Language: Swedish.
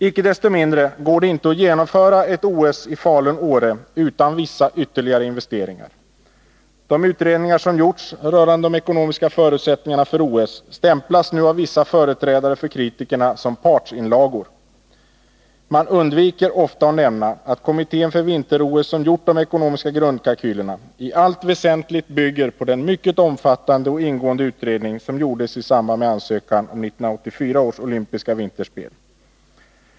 Icke desto mindre går det inte att genomföra ett OS i Falun/Åre utan vissa ytterligare investeringar. De utredningar som gjorts rörande de ekonomiska förutsättningarna för OS stämplas nu av vissa företrädare för kritikerna som partsinlagor. Man undviker ofta att nämna att kommittén för vinter-OS, som gjort de ekonomiska grundkalkylerna, i allt väsentligt bygger på den mycket omfattande och ingående utredning som gjordes i samband med ansökan om 1984 års olympiska vinterspel.